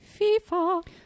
FIFA